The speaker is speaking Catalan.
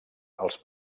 els